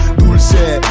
dulce